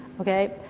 okay